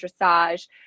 dressage